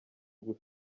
gusa